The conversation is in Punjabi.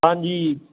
ਹਾਂਜੀ